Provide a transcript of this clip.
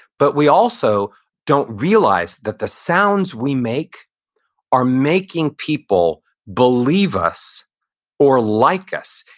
but we also don't realize that the sounds we make are making people believe us or like us.